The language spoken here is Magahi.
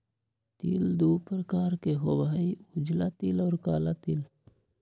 तिल दु प्रकार के होबा हई उजला तिल और काला तिल